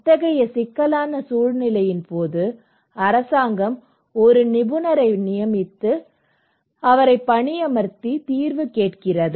இத்தகைய சிக்கலான சூழ்நிலையின் போது அரசாங்கம் ஒரு நிபுணரை பணியமர்த்தி தீர்வு கேட்கிறது